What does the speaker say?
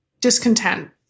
discontent